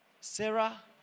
Sarah